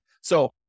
So-